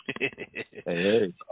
Hey